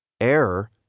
Error